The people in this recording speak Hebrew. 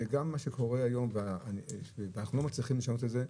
וגם מה שקורה היום ואנחנו לא מצליחים לשנות את זה,